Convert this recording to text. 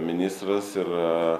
ministras yra